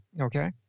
Okay